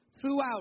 throughout